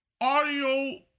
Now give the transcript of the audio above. audio